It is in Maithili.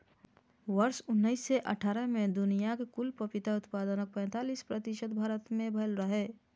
वर्ष उन्नैस सय अट्ठारह मे दुनियाक कुल पपीता उत्पादनक पैंतालीस प्रतिशत भारत मे भेल रहै